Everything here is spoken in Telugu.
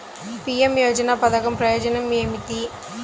పీ.ఎం యోజన పధకం ప్రయోజనం ఏమితి?